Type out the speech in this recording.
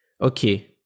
Okay